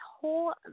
whole